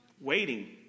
waiting